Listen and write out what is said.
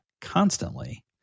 constantly